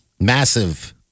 Massive